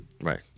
Right